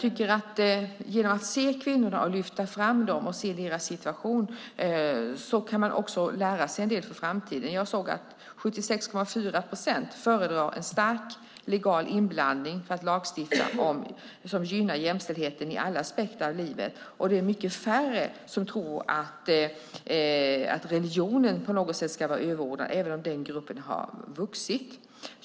Men genom att se kvinnorna och lyfta fram deras situation kan man också lära sig en del inför framtiden. Jag såg att 76,4 procent föredrar en stark legal inblandning för en lagstiftning som gynnar jämställdheten i alla aspekter av livet. Det är mycket färre som tycker att religionen på något sätt ska vara överordnad, även om den gruppen har vuxit.